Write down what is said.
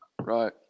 Right